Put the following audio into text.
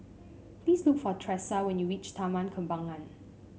please look for Tresa when you reach Taman Kembangan